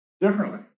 differently